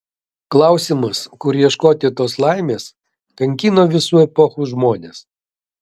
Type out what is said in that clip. klausimas kur ieškoti tos laimės kankino visų epochų žmones